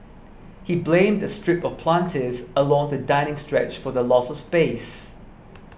he blamed a strip of planters along the dining stretch for the loss of space